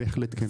בהחלט כן.